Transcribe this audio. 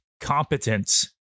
competence